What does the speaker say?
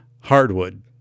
hardwood